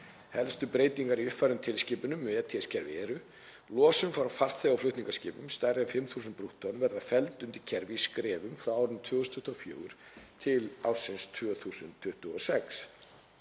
Helstu breytingar í uppfærðum tilskipunum ETS-kerfi eru: Losun frá farþega- og flutningaskipum stærri en 5.000 brúttótonn verður felld undir kerfið í skrefum frá árinu 2024 til ársins 2026.